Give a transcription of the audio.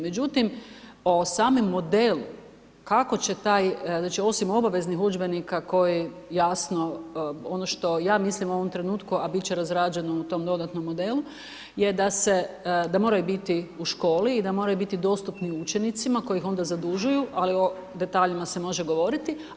Međutim, o samom modelu, kako će taj, znači osim obaveznih udžbenika koji jasno ono što ja mislim u ovom trenutku a biti će razrađeno u tom dodatnom modelu je da se, da moraju biti u školi i da moraju biti dostupni učenicima koji ih onda zadužuju ali o detaljima se može govoriti.